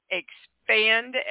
expand